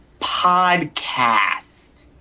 podcast